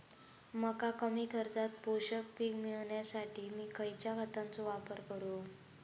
मका कमी खर्चात पोषक पीक मिळण्यासाठी मी खैयच्या खतांचो वापर करू?